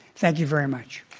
thank you very much.